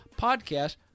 podcast